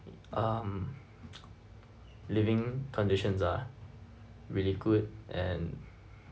um living conditions are really good and